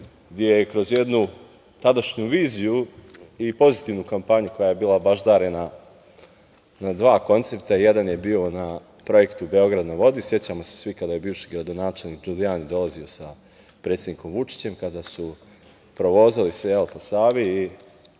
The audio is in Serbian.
gde je kroz jednu tadašnju viziju i pozitivnu kampanju koja je bila baždarena na dva koncepta, jedan je bio na Projektu „Beograd na vodi“, sećamo se svi kada je bivši gradonačelnik Đulijani dolazio sa predsednikom Vučićem, kada su se provozali po Savi